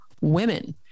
women